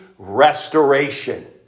restoration